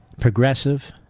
progressive